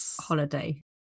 holiday